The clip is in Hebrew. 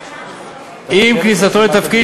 עם כניסתו לתפקיד,